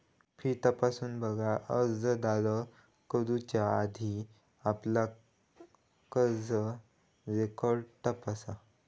fee तपासून बघा, अर्ज सादर करुच्या आधी आपला कर्ज रेकॉर्ड तपासा